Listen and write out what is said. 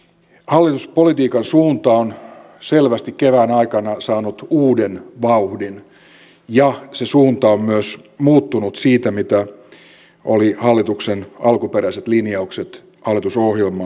hallituspolitiikan suunta on selvästi kevään aikana saanut uuden vauhdin ja se suunta on myös muuttunut siitä mitkä olivat hallituksen alkuperäiset linjaukset hallitusohjelmaa tehtäessä